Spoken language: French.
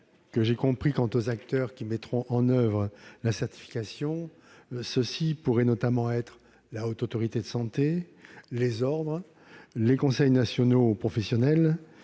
que j'ai compris, les acteurs qui mettront en oeuvre la certification pourraient être notamment la Haute Autorité de santé, les ordres et les conseils nationaux professionnels,